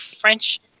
French